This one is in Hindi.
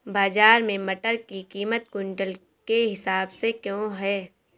बाजार में मटर की कीमत क्विंटल के हिसाब से क्यो है?